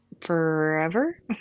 forever